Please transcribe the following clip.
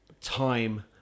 time